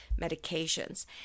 medications